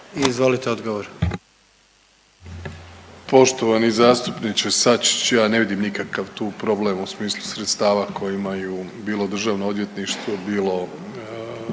Andrej (HDZ)** Poštovani zastupniče Sačić, ja ne vidim nikakav tu problem u smislu sredstava koji imaju bilo Državno odvjetništvo, bilo